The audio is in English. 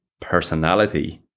personality